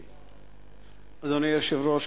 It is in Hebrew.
90. אדוני היושב-ראש,